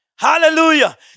Hallelujah